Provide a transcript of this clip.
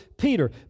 Peter